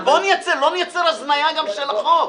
אבל בואו לא נייצר הזניה של החוק.